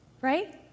right